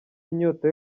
inyota